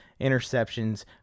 interceptions